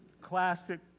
classic